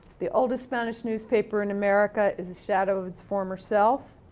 the oldest spanish newspaper in america is a shadow of its former self.